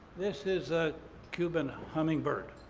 this is a cuban hummingbird.